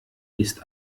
ist